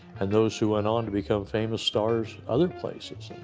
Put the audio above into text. and those who went on to become famous stars other places.